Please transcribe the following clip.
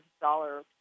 dollar